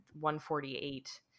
148